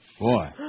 Boy